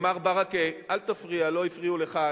מר ברכה, אל תפריע, לא הפריעו לך.